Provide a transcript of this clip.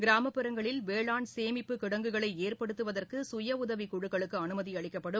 கிராமப்புறங்களில் வேளாண் சேமிப்புக் கிடங்குகளை ஏற்படுத்துவதற்கு சுய உதவி குழுக்களுக்கு அனுமதி அளிக்கப்படும்